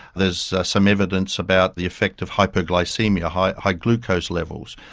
there's some evidence about the effect of hypoglycaemia, high high glucose levels,